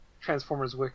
Transformers